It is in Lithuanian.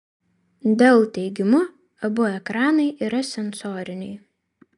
dell teigimu abu ekranai yra sensoriniai